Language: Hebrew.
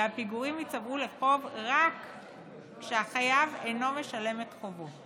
והפיגורים ייצברו לחוב רק כשהחייב אינו משלם את חובו.